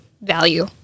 value